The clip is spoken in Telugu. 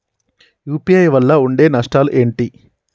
యూ.పీ.ఐ వల్ల ఉండే నష్టాలు ఏంటి??